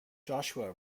joshua